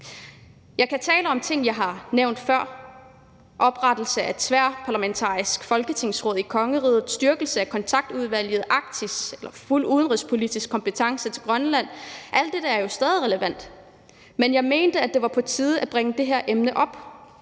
Jeg kan tale om ting, jeg har nævnt før, oprettelse af tværparlamentarisk folketingsråd i kongeriget, styrkelse af kontaktudvalget og fuld udenrigspolitisk kompetence til Grønland, alt det er jo stadig relevant, men jeg mente, at det var på tide at bringe det her emne op,